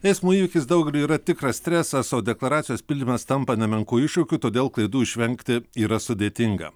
eismo įvykis daugeliui yra tikras stresas o deklaracijos pildymas tampa nemenku iššūkiu todėl klaidų išvengti yra sudėtinga